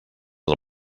del